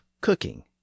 cooking